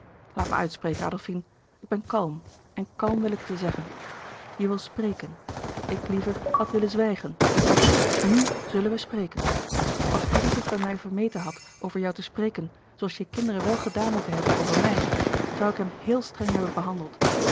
laat mij uitspreken adolfine ik ben kalm en kalm wil ik het je zeggen je wil spreken ik liever had willen zwijgen maar goed n u zullen wij spreken als addy zich bij mij vermeten had over jou te spreken zooals je kinderen wel gedaan moeten hebben over mij zoû ik hem heel streng hebben behandeld